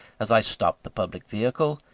as i stopped the public vehicle,